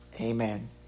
Amen